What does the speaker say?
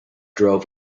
drove